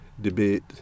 debate